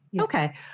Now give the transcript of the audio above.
Okay